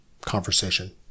conversation